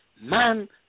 man